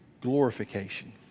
glorification